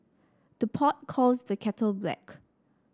the pot calls the kettle black